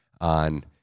on